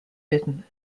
bitten